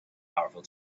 powerful